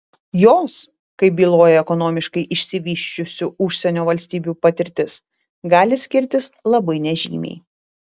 jos kaip byloja ekonomiškai išsivysčiusių užsienio valstybių patirtis gali skirtis labai nežymiai